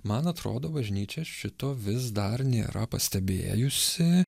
man atrodo bažnyčia šito vis dar nėra pastebėjusi